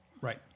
Right